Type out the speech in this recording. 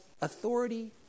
authority